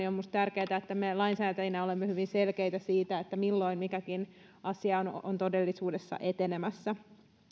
on minusta tärkeätä että me lainsäätäjinä olemme hyvin selkeitä siitä milloin mikäkin asia on todellisuudessa etenemässä